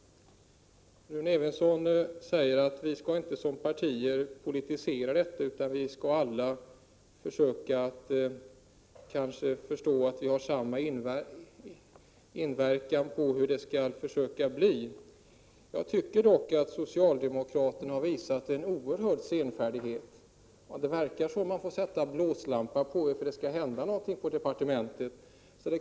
Rune Evensson säger att vi som partier inte skall politisera den här frågan utan att vi alla skall försöka förstå att vi har samma möjligheter att inverka på hur det skall bli. Jag tycker dock att socialdemokraterna har visat mycket stor senfärdighet. Vi tycks behöva jaga er med blåslampa för att det skall hända någonting på departementet.